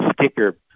sticker